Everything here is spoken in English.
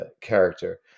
character